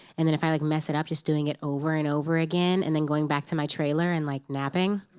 and then if i like mess it up, just doing it over and over again, and then going back to my trailer and like napping.